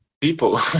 people